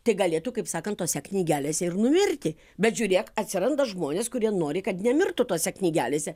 tai galėtų kaip sakant tose knygelėse ir numirti bet žiūrėk atsiranda žmonės kurie nori kad nemirtų tose knygelėse